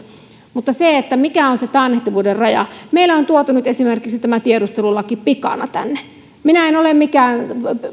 mutta mikä on taannehtivuuden raja meille on nyt tuotu esimerkiksi tämä tiedustelulaki pikana tänne minä en ole mikään